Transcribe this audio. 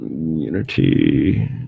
Unity